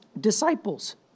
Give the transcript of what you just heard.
disciples